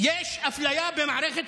יש מחקר באוניברסיטת